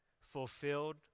fulfilled